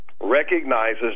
recognizes